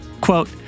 Quote